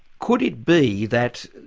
could it be that,